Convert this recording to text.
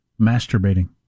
masturbating